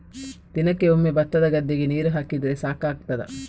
ದಿನಕ್ಕೆ ಒಮ್ಮೆ ಭತ್ತದ ಗದ್ದೆಗೆ ನೀರು ಹಾಕಿದ್ರೆ ಸಾಕಾಗ್ತದ?